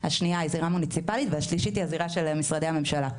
השנייה היא זירה מוניציפאלית והשלישית היא הזירה של משרדי הממשלה.